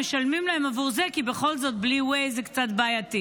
משלמים להם עבור זה כי בכל זאת בלי Waze זה קצת בעייתי,